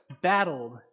battled